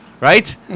Right